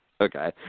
Okay